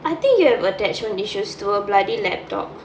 I think you have attachment issues to a bloody laptop